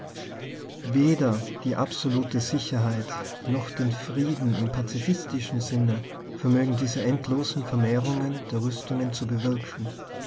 weder die absolute sicherheit noch den frieden im pazifistischen sinne vermögen diese endlosen ver mehrungen der rüstungen zu bewirken